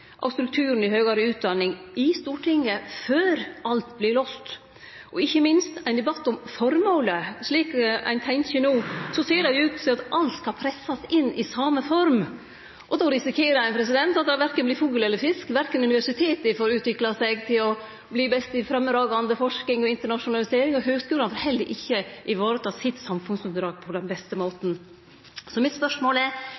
av strukturen i høgare utdanning i Stortinget før alt vert låst, og ikkje minst ein debatt om føremålet. Slik ein tenkjer no, ser det ut til at ein skal presse alt inn i same form, og då risikerer ein at det vert verken fugl eller fisk, at verken universiteta får utvikle seg til å verte best i framifrå forsking og internasjonalisering, eller at høgskulane får vareta sitt samfunnsoppdrag på den beste måten. Mitt spørsmål er: